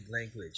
language